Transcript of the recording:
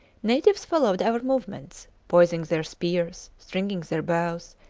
natives followed our movements, poising their spears, stringing their bows,